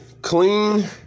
Clean